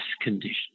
condition